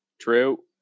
True